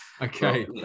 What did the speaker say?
Okay